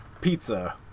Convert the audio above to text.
pizza